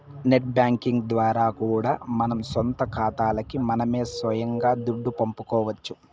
net banking ద్వారా కూడా మన సొంత కాతాలకి మనమే సొయంగా దుడ్డు పంపుకోవచ్చు